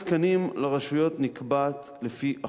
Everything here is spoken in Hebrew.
מוקצים תקנים ייעודיים לטיפול בילדים עם